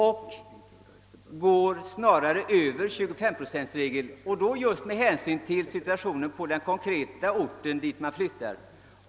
Med hänsyn till situationen på den ort dit vederbörande flyttar kan den till och med få överstiga 25 procent.